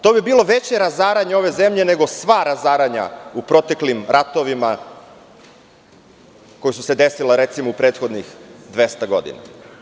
To bi bilo veće razaranje ove zemlje nego sva razaranja u proteklim ratovima koja su se desila, recimo u prethodnih 200 godina.